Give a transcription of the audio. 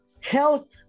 health